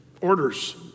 orders